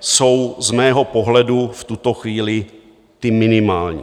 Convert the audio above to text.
jsou z mého pohledu v tuto chvíli ty minimální.